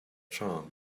charm